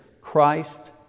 Christ